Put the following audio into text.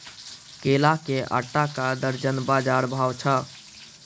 केला के आटा का दर्जन बाजार भाव छ?